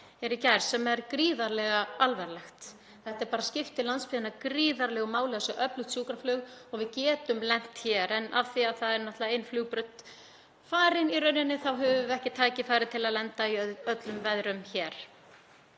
í gær sem er gríðarlega alvarlegt. Það skiptir landsbyggðina gríðarlegu máli að það sé öflugt sjúkraflug og við getum lent hér en af því að það er náttúrlega ein flugbraut farin í rauninni þá höfum við ekki tækifæri til að lenda í öllum veðrum hér.